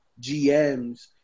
GMs